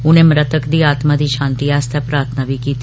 उनें मृतक दी आत्मा दी शांति आस्तै प्रार्थना कीती